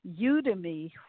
Udemy